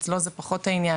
אצלו זה פחות העניין,